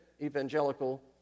evangelical